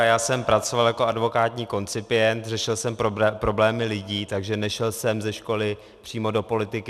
Já jsem pracoval jako advokátní koncipient, řešil jsem problémy lidí, takže nešel jsem ze školy přímo do politiky.